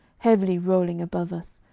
heavily rolling above us,